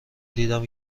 دیدم